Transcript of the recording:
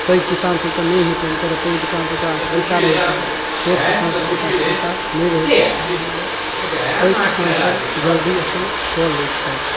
पैघ किसानसभकेँ नहि हेतनि किआक तऽ पैघ किसानसभके पास पैसा रहै छनि छोट किसानसभकेँ पास पैसा नहि रहै छनि इएह दुआरे पैघ किसानसभ जल्दी अपन कऽ लै छथि